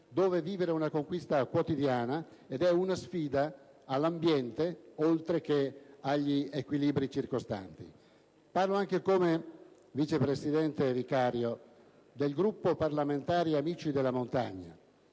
dove vivere è una conquista quotidiana ed è una sfida all'ambiente, oltre che agli equilibri circostanti. Parlo anche come vice presidente vicario del gruppo parlamentare "Amici della montagna":